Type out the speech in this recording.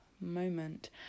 moment